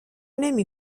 نمی